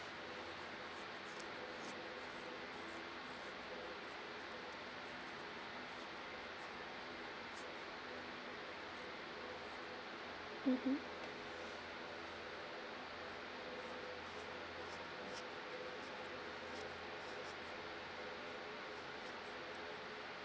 mmhmm